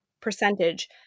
percentage